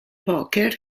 poker